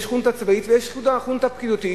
יש חונטה צבאית ויש חונטה פקידותית,